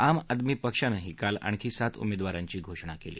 आम आदमी पक्षानंही काल आणखी सात उमेदवारांची घोषणा केली